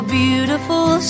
beautiful